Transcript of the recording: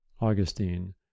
augustine